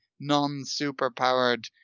non-superpowered